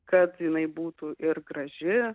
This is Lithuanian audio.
kad jinai būtų ir graži